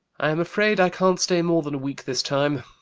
i am afraid i can't stay more than a week this time.